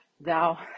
thou